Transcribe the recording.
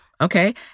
Okay